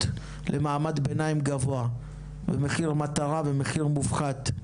למעמד ביניים גבוה במחיר מטרה ומחיר מופחת,